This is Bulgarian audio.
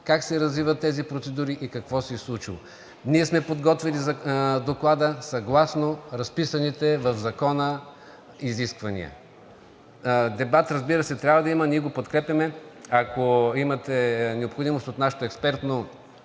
как се развиват тези процедури и какво се е случило. Ние сме подготвили Доклада съгласно разписаните в Закона изисквания. Дебат, разбира се, трябва да има. Ние го подкрепяме, и ако имате необходимост от нашето експертно